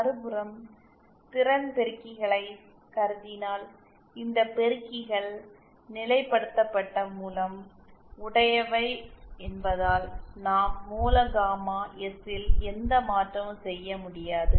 மறுபுறம் திறன் பெருக்கிகளை கருதினால் இந்த பெருக்கிகள் நிலைப்படுத்தபட்ட மூலம் உடையவை என்பதால் நாம் மூல காமா எஸ்ஸில் எந்த மாற்றமும் செய்ய முடியாது